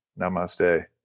namaste